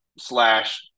slash